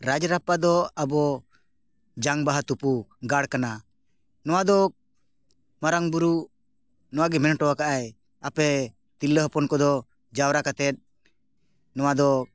ᱨᱟᱡᱽ ᱨᱟᱯᱯᱟ ᱫᱚ ᱟᱵᱚ ᱡᱟᱝ ᱵᱟᱦᱟ ᱛᱩᱯᱩ ᱜᱟᱲ ᱠᱟᱱᱟ ᱱᱚᱣᱟ ᱫᱚ ᱢᱟᱨᱟᱝ ᱵᱩᱨᱩ ᱱᱚᱣᱟ ᱜᱮ ᱢᱮᱱᱚᱴᱚ ᱟᱠᱟᱫᱟᱭ ᱟᱯᱮ ᱛᱤᱨᱞᱟᱹ ᱦᱚᱯᱚᱱ ᱠᱚᱫᱚ ᱡᱟᱣᱨᱟ ᱠᱟᱛᱮᱫ ᱱᱚᱣᱟ ᱫᱚ